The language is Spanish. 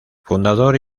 fundador